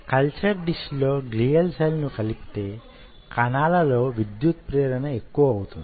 culture dish లో glial cell ను కలిపితే కణాలలో విద్యుత్ ప్రేరణ ఎక్కువ అవుతుంది